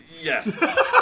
Yes